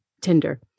Tinder